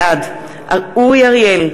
בעד אורי אריאל,